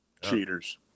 Cheaters